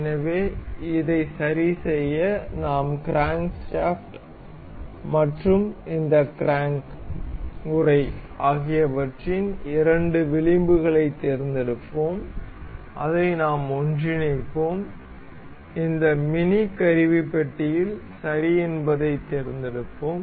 எனவே இதை சரிசெய்ய நாம் கிரான்ஸ்காஃப்ட் மற்றும் இந்த க்ராங்க் உறை ஆகியவற்றின் இரண்டு விளிம்புகளைத் தேர்ந்தெடுப்போம் அதை நாம் ஒன்றிணைப்போம் இந்த மினி கருவிப்பட்டியில் சரி என்பதைத் தேர்ந்தெடுப்போம்